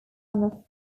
third